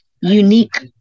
unique